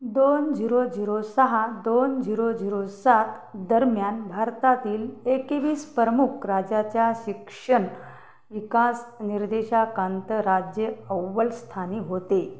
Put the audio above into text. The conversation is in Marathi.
दोन झिरो झिरो सहा दोन झिरो झिरो सात दरम्यान भारतातील एकवीस प्रमुख राज्याच्या शिक्षण विकास निर्देशांकात राज्य अव्वलस्थानी होते